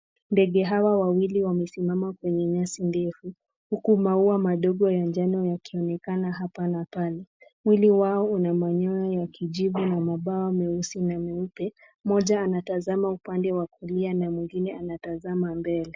Ndege hawa wawili wamesimama kwenye nyasi ndefu huku maua madogo ya njano yakionekana hapa na pale. Mwili yao una manyoya ya kijivu na mabawa meusi na meupe. Moja anatazama upande wa kulia na mwingine anatazama mbele.